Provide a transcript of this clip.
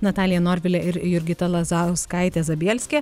natalija norvilė ir jurgita lazauskaitė zabielskė